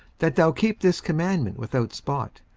that thou keep this commandment without spot,